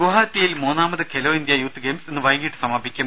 there ഗുവാഹത്തിയിൽ മൂന്നാമത് Khelo India youth games ഇന്ന് വൈകിട്ട് സമാപിക്കും